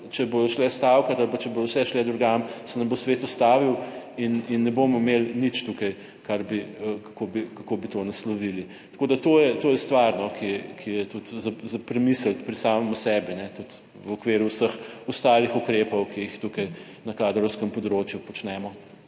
če bodo šle stavkati ali pa če bodo vse šle drugam, se nam bo svet ustavil in ne bomo imeli nič tukaj, kar bi, kako bi to naslovili. Tako da to je, to je stvar, ki je tudi za premisliti pri samem sebi, tudi v okviru vseh ostalih ukrepov, ki jih tukaj na kadrovskem področju počnemo.